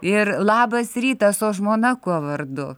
ir labas rytas o žmona kuo vardu